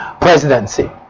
presidency